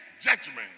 judgment